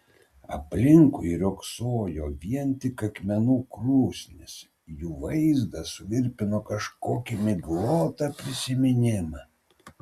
aplinkui riogsojo vien tik akmenų krūsnys jų vaizdas suvirpino kažkokį miglotą prisiminimą